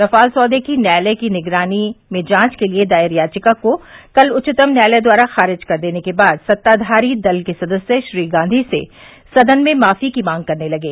Rafale सौदे की न्यायालय की निगरानी में जांच के लिए दायर याचिका को कल उच्चतम न्यायालय द्वारा खारिज कर देने के बाद सत्ताधारी दल के सदस्य श्री गांधी से सदन में माफी की मांग करने लगे